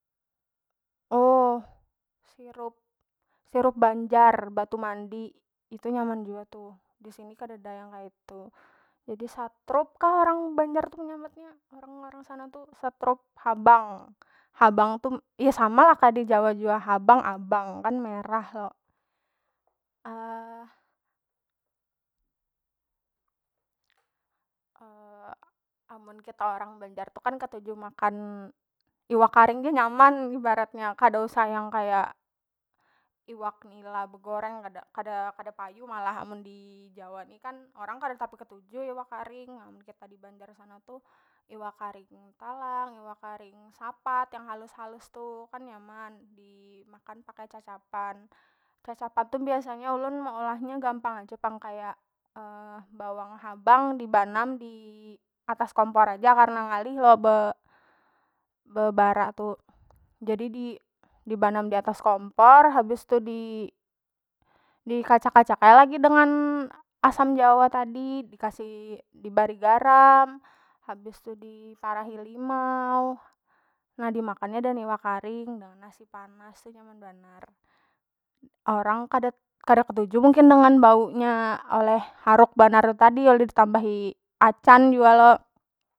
Oh sirup banjar batu mandi itu nyaman jua tu disini kadada yang kaitu, jadi satrup kah orang banjar tu menyambatnya orang- orang sana tu satrup habang, habang tu ya sama lah kaya di jawa jua habang abang kan merah lo amun kita orang banjar tu kan ketuju makan iwak karing ja nyaman ibaratnya kada usah yang kaya iwak nila begoreng kada- kada kada payu malah mun di jawa ni kan orang kada tapi ketuju iwak karing amun kita di banjar sana tu iwak karing talang, iwak karing sapat yang halus- halus tu kan nyaman dimakan pakai cacapan, cacapan tu biasanya ulun meolah nya gampang aja pang kaya bawang habang dibanam diatas kompor aja karna ngalih lo be- bebara tu jadi dibanam diatas kompor habis tu dikacak- kacak ai lagi dengan asam jawa tadi dikasih dibari garam habis tu di farahi limau nah dimakan nya dengan iwak karing dengan nasi panas tu nyaman banar. Orang kada- kada ketuju mungkin dengan baunya oleh haruk banar tadi oleh ditambahi acan jua lo.